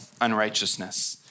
unrighteousness